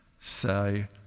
say